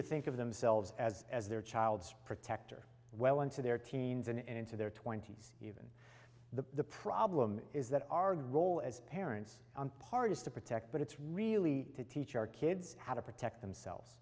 to think of themselves as as their child's protector well into their teens and into their twenty's the problem is that our goal as parents on part is to protect but it's really to teach our kids how to protect themselves